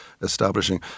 establishing